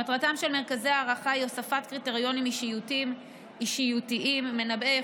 מטרתם של מרכזי ההערכה היא הוספת קריטריונים אישיותיים מנבאי